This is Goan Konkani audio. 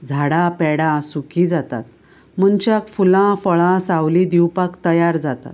झाडां पेडां सुखी जातात मनशाक फुलां फळां सावली दिवपाक तयार जातात